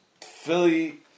Philly